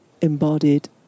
embodied